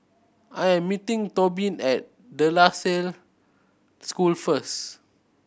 I am meeting Tobin at De La Salle School first